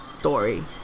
Story